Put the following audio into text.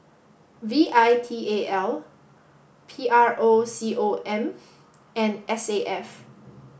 V I T A L P R O C O M and S A F